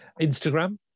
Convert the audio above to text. Instagram